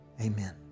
Amen